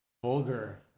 Vulgar